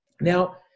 Now